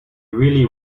really